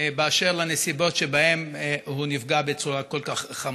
באשר לנסיבות שבהן הוא נפגע בצורה כל כך חמורה.